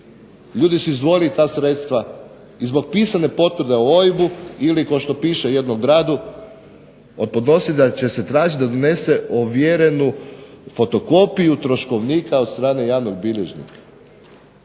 Ljudi su izdvojili ta sredstva i zbog pisane potvrde o OIB-u ili kao što piše u jednom gradu od podnositelja će se tražiti da donese ovjerenu fotokopiju troškovnika od strane javnog bilježnika.